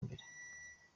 mbere